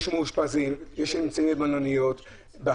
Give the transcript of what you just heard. יש מאושפזים, יש